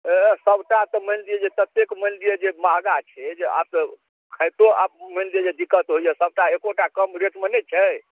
एह सबटा तऽ मानि लिअऽ जे ततेक मानि लिअऽ जे महगा छै जे आब तऽ खाइतो आब मानि लिअऽ जे दिक्कत होइए सबटा एकोटा कम रेटमे नहि छै